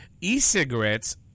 E-cigarettes